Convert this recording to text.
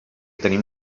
tenim